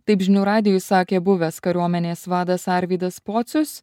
taip žinių radijui sakė buvęs kariuomenės vadas arvydas pocius